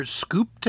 scoop